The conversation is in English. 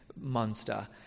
monster